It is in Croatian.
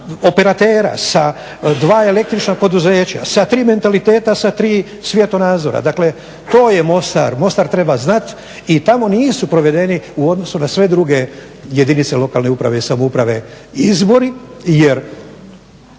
dva operatera, sa dva električna poduzeća, sa tri mentaliteta, sa tri svjetonazora. Dakle, to je Mostar. Mostar treba znati i tamo nisu provedeni u odnosu na sve druge jedinice lokalne uprave i samouprave izvori, jer